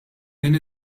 din